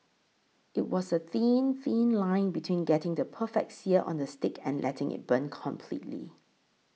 it was a thin thin line between getting the perfect sear on the steak and letting it burn completely